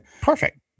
Perfect